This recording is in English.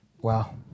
Wow